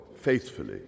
faithfully